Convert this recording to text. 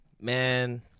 Man